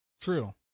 True